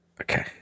Okay